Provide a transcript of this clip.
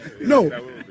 No